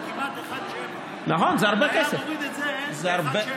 זה כמעט 1.7. היה מוריד את זה ל-1.7.